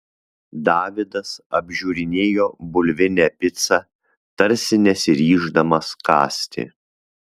davidas apžiūrinėjo bulvinę picą tarsi nesiryždamas kąsti